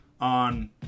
on